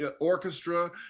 Orchestra